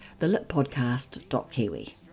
thelippodcast.kiwi